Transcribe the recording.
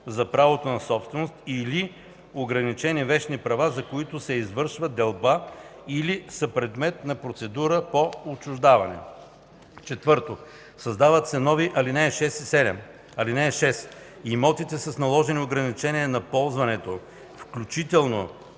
за правото на собственост, или ограничени вещни права, за които се извършва делба, или са предмет на процедура по отчуждаване.” 4. Създават се нови ал. 6 и 7: „(6) Имоти с наложени ограничения на ползването, включително